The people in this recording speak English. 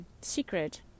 Secret